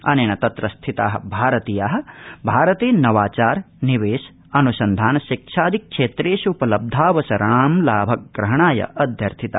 अनेन तत्रस्थिता भारतीया भारते नवाचार निवेश अन्संधान शिक्षा क्षेत्रेष्पलब्ध अवसराणां लाभग्रहणाय अध्यर्थिता